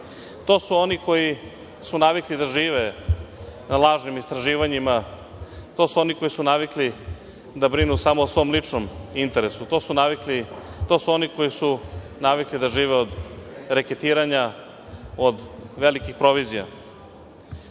To su oni koji su navikli da žive na lažnim istraživanjima, to su oni koji su navikli da brinu samo o svom ličnom interesu. To su oni koji su navikli da žive od reketiranja, od velikih provizija. Ovo